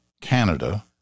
Canada